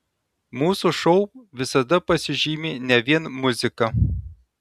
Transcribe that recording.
mūsų šou visada pasižymi ne vien muzika